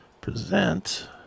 present